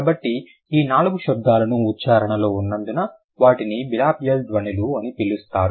కాబట్టి ఈ నాలుగు శబ్దాలను ఉచ్చారణలో ఉన్నందున వాటిని బిలాబియల్ ధ్వనులు అని పిలుస్తారు